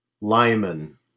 Lyman